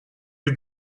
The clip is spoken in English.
you